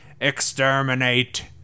exterminate